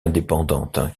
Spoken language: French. indépendante